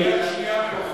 יד שנייה מרופא?